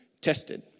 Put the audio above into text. tested